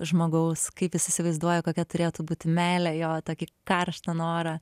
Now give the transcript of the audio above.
žmogaus kaip jis įsivaizduoja kokia turėtų būti meilė jo tokį karštą norą